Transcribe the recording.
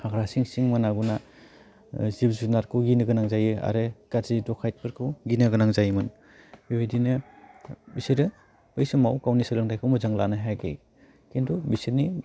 हाग्रा सिं सिं मोना गुना ओह जिब जुनारखौ गिनो गोनां जायो आरो गाज्रि दखायदफोरखौ गिनो गोनां जायोमोन बेबायदिनो बिसोरो बै समाव गावनि सोलोंथाइखौ मोजां लानो हायाखै खिन्थु बिसोरनि